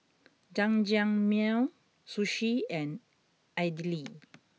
Jajangmyeon Sushi and Idili